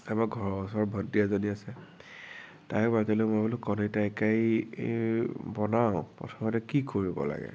তাৰপা ঘৰৰ ওচৰৰ ভণ্টি এজনী আছে তাইক মাতিলো মই বোলো কণী তৰকাৰী বনাও প্ৰথমতে কি কৰিব লাগে